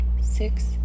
six